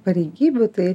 pareigybių tai